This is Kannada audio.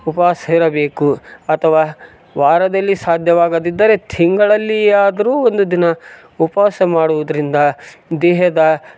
ಉಪವಾಸ ಇರಬೇಕು ಅಥವಾ ವಾರದಲ್ಲಿ ಸಾಧ್ಯವಾಗದಿದ್ದರೆ ತಿಂಗಳಲ್ಲಿಯಾದ್ರೂ ಒಂದು ದಿನ ಉಪವಾಸ ಮಾಡುವುದರಿಂದ ದೇಹದ